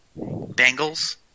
Bengals